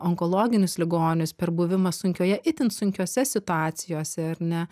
onkologinius ligonius per buvimą sunkioje itin sunkiose situacijose ar ne